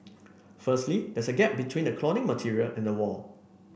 firstly there's a gap between the cladding material and the wall